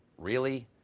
really?